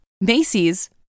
Macy's